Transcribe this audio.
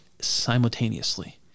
simultaneously